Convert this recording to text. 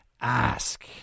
ask